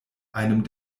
einem